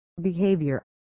behavior